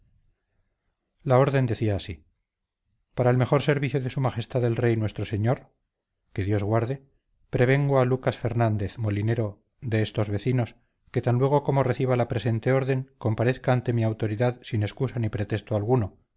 la orden decía para el mejor servicio de s m el rey nuestro señor q d g prevengo a lucas fernández molinero de estos vecinos que tan luego como reciba la presente orden comparezca ante mi autoridad sin excusa ni pretexto alguno